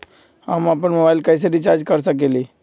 हम अपन मोबाइल कैसे रिचार्ज कर सकेली?